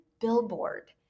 billboard